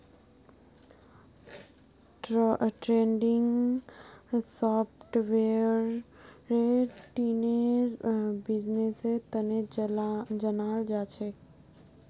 trending सॉफ्टवेयरक दिनेर बिजनेसेर तने जनाल जाछेक